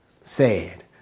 Sad